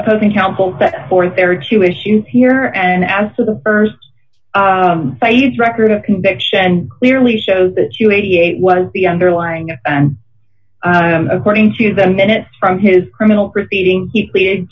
opposing counsel set forth there are two issues here and as to the st phase record of conviction clearly shows that you eighty eight was the underlying according to the minutes from his criminal proceeding he pleaded